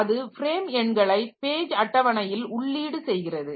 அது ஃப்ரேம் எண்களை பேஜ் அட்டவணையில் உள்ளீடு செய்கிறது